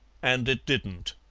and it didn't.